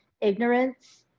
ignorance